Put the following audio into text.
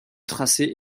tracé